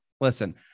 Listen